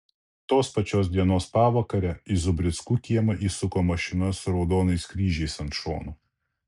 tos pačios dienos pavakare į zubrickų kiemą įsuko mašina su raudonais kryžiais ant šonų